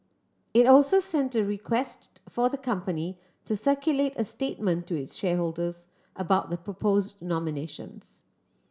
it also sent a request for the company to circulate a statement to its shareholders about the propose nominations